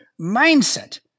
mindset